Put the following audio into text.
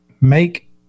make